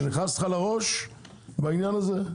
זה נכנס לך לראש העניין הזה?